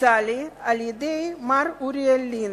הוצע לי על-ידי מר אוריאל לין,